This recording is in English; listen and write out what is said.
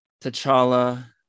T'Challa